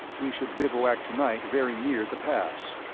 we should bivouac tonight very near the pass.